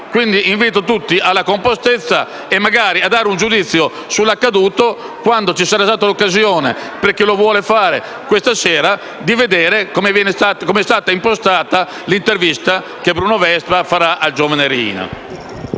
invito tutti alla compostezza e magari a dare un giudizio sull'accaduto quando ci sarà stata data l'occasione, per chi lo vuole fare questa sera, di vedere com'è stata impostata l'intervista che Bruno Vespa farà al giovane Riina.